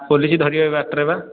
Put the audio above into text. police ଧରିବେ ବାଟରେ ବା